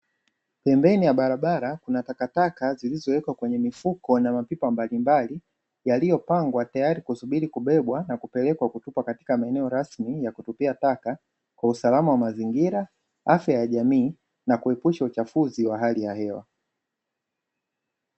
Pembeni ya barabara kuna takataka zilizowekwa kwenye mifuko na mapipa mbalimbali yaliyopangwa tayari kusubiri kubebwa na kupelekwa kutupwa katika maeneo rasmi ya kutupia taka kwa usalama wa manzingira, afya ya jamii na kuepusha uchafuzi wa hali ya hewa.